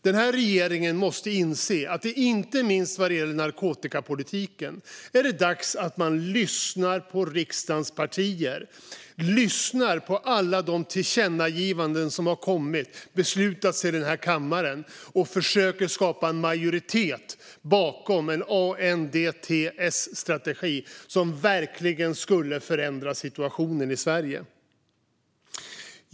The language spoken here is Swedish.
Den här regeringen måste inse att det inte minst vad gäller narkotikapolitiken är dags att lyssna på riksdagens partier och på alla de tillkännagivanden som har beslutats i den här kammaren och försöker skapa en majoritet bakom en ANDTS-strategi som verkligen skulle förändra situationen i Sverige.